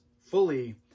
fully